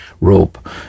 rope